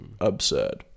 absurd